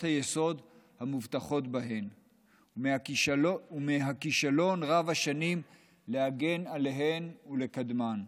היסוד המובטחות בהן ומהכישלון רב השנים להגן עליהן ולקדמן.